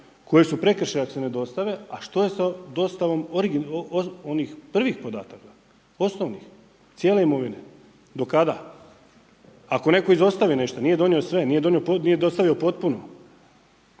koji su prekršaji ako se ne dostave, a što je sa dostavom onih prvih podataka? Osnovnih, cijele imovine. Do kada? Ako netko izostavi nešto, nije donio sve, nije dostavio potpuno.